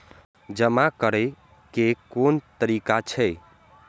जमा करै के कोन तरीका छै?